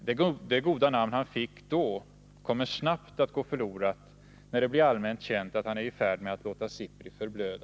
Det goda namn han fick då kommer snabbt att gå förlorat när det blir allmänt känt att han är i färd med att låta SIPRI förblöda.